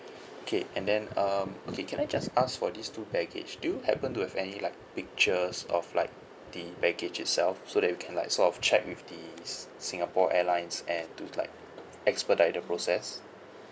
okay and then um okay can I just ask for this two baggage do you happen to have any like pictures of like the baggage itself so that you can like sort of check with the si~ singapore airlines and to like expedite the process